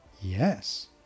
Yes